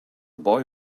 boy